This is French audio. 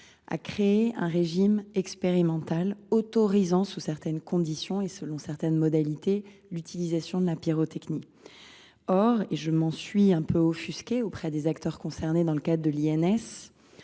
à créer un régime expérimental d’autorisation, sous certaines conditions et selon certaines modalités, de l’utilisation de la pyrotechnie. Or, et je m’en suis un peu offusquée auprès des acteurs concernés lors de nos